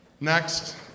Next